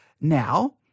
now